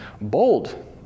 bold